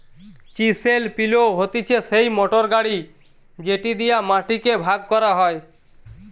chisel পিলও হতিছে সেই মোটর গাড়ি যেটি দিয়া মাটি কে ভাগ করা হয়